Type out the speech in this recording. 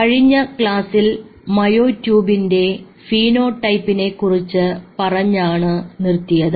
കഴിഞ്ഞ ക്ലാസ്സിൽ മയോട്യൂബിന്റെ ഫീനോടൈപ്പിനെ കുറിച്ച് പറഞ്ഞാണ് നിർത്തിയത്